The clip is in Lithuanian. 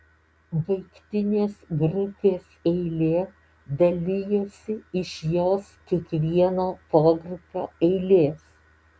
baigtinės grupės eilė dalijasi iš jos kiekvieno pogrupio eilės